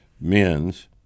men's